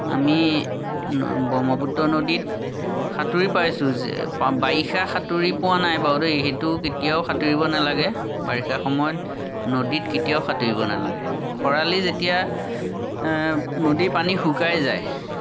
আমি ব্ৰহ্মপুত্ৰ নদীত সাঁতুৰি পাইছোঁ যে বাৰিষা সাঁতুৰি পোৱা নাই বাৰু দেই সেইটো কেতিয়াও সাঁতুৰিব নালাগে বাৰিষা সময়ত নদীত কেতিয়াও সাঁতুৰিব নালাগে খৰালি যেতিয়া নদীৰ পানী শুকাই যায়